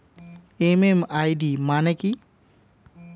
MMID মানে কি?